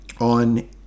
on